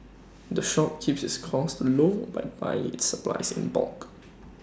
the shop keeps its costs low by buying its supplies in bulk